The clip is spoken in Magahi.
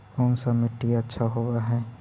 कोन सा मिट्टी अच्छा होबहय?